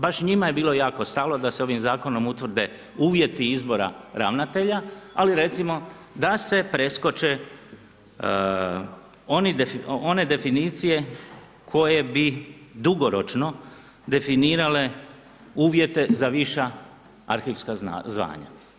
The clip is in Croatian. Baš njima je bilo jako stalo, da se ovim zakonom utvrde uvjeti izbora ravnatelja, ali recimo, da se preskoče one definicije koje bi dugoročno definirale uvjete za viša arhivska zvanja.